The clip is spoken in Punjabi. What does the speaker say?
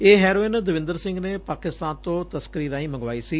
ਇਹ ਹੈਰੋਇਨ ਦਵਿੰਦਰ ਸਿੰਘ ਨੇ ਪਾਕਿਸਤਾਨ ਤੋਂ ਤਸਕਰੀ ਰਾਹੀ ਮੰਗਵਾਈ ਸੀ